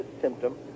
symptom